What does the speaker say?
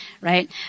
right